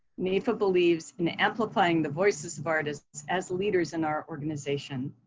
nefa believes in amplifying the voices of artists as leaders in our organization,